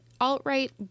alt-right